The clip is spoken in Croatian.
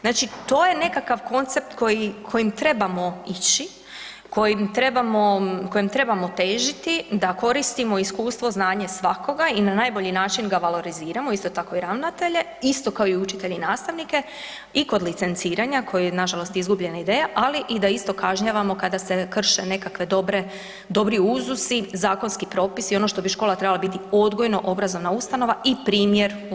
Znači to je nekakav koncept koji, kojim trebamo ići, kojem trebamo težiti da koristimo iskustvo, znanje svakoga i na najbolji način ga valoriziramo isto tako i ravnatelje isto kao i učitelje i nastavnike i kod licenciranja koje je nažalost izgubljena ideja, ali i da isto kažnjavamo kada se krše nekakve dobre, dobri uzusi, zakonski propisi ono što bi škola trebala biti odgojno-obrazovna ustanova i primjer u